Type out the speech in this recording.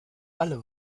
alle